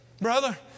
Brother